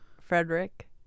frederick